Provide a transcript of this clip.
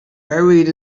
buried